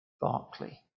Barclay